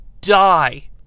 die